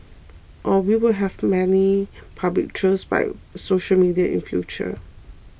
or we will have many public trials by social media in future